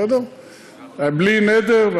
בלי נדר,